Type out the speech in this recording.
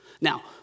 Now